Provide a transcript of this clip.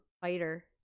fighter